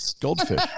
goldfish